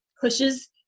pushes